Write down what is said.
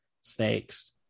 snakes